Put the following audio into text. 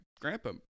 grandpa